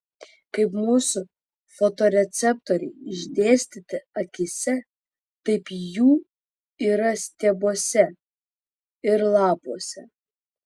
kaip mūsų fotoreceptoriai išdėstyti akyse taip jų yra stiebuose ir lapuose